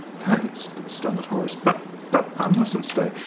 thanks, stammered horace, but but i mustn't stay.